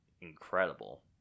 incredible